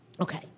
Okay